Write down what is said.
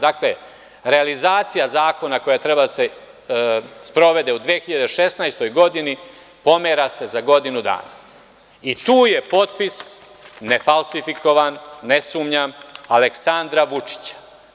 Dakle, realizacija zakona koja treba da se sprovede u 2016. godini pomera se za godinu dana i tu je potpis, nefalsifikovan, ne sumnjam, Aleksandra Vučića.